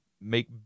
make